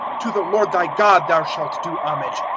to the lord thy god thou shalt do homage,